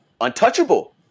untouchable